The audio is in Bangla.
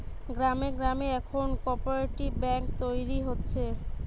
গ্রামে গ্রামে এখন কোপরেটিভ বেঙ্ক তৈরী হচ্ছে